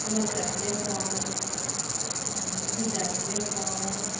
रोसांतले फोव मागीर दुदांतले फोव